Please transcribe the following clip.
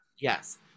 Yes